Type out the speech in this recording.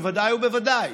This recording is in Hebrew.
בוודאי ובוודאי,